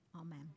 Amen